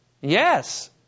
Yes